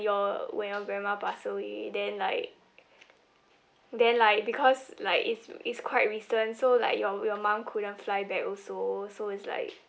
your when your grandma passed away then like then like because like it's it's quite recent so like your your mum couldn't fly back also so it's like